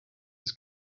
his